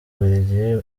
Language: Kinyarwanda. bubiligi